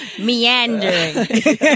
Meandering